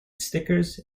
stickers